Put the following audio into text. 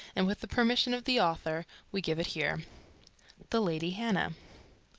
and with the permission of the author we give it here the lady hannah.